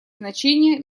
значение